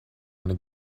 wanna